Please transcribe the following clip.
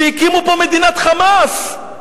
שהקימו פה מדינת "חמאס",